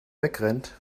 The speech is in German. wegrennt